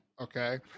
Okay